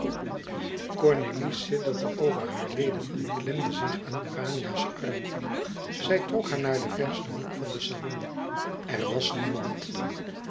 cornélie sidderde over hare leden en klemde zich aan urania's arm zij trok haar naar den versten hoeksalon er was niemand